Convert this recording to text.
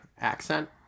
accent